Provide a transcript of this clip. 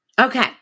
Okay